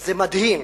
זה מדהים